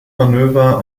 manöver